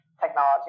technology